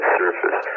surface